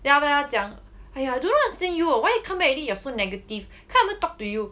then after that 他讲 !aiya! I don't understand you ah why I come back already you're so negative can't even talk to you